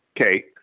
Okay